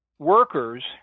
Workers